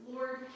Lord